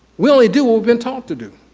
we only do what we've been taught to do.